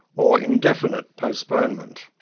or indefinite postponement.